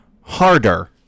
Harder